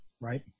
right